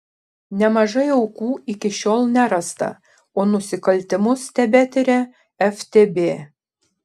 nemažai aukų iki šiol nerasta o nusikaltimus tebetiria ftb